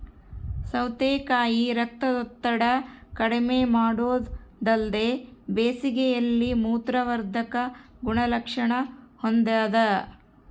ಸೌತೆಕಾಯಿ ರಕ್ತದೊತ್ತಡ ಕಡಿಮೆಮಾಡೊದಲ್ದೆ ಬೇಸಿಗೆಯಲ್ಲಿ ಮೂತ್ರವರ್ಧಕ ಗುಣಲಕ್ಷಣ ಹೊಂದಾದ